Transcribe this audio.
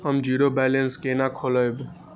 हम zero balance केना खोलैब?